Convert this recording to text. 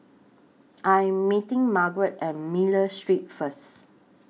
I Am meeting Margrett At Miller Street First